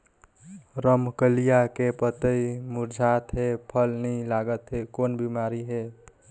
रमकलिया के पतई मुरझात हे फल नी लागत हे कौन बिमारी हे?